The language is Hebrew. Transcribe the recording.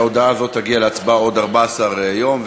ההודעה הזאת תגיע להצבעה בעוד 14 יום,